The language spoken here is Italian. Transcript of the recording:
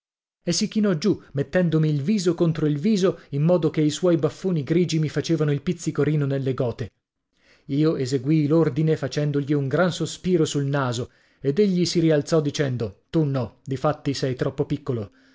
e si chinò giù mettendomi il viso contro il viso in modo che i suoi baffoni grigi mi facevano il pizzicorino nelle gote io eseguii l'ordine facendogli un gran sospiro sul naso ed egli si rialzò dicendo tu no difatti sei troppo piccolo